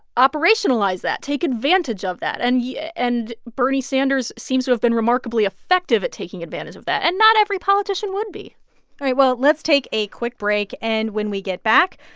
operationalize that, take advantage of that. and yeah and bernie sanders seems to have been remarkably effective at taking advantage of that. and not every politician would be all right, well, let's take a quick break. and when we get back,